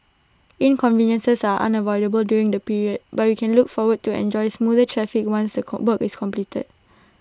inconveniences are unavoidable during the period but we can look forward to enjoy smoother traffic once the is completed